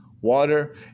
water